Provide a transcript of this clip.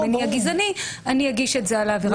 מניע גזעני אני אגיש את זה על העבירה בלי המניע.